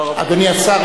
אדוני השר,